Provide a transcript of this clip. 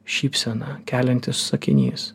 šypseną keliantis sakinys